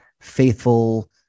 faithful